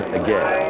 again